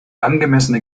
angemessene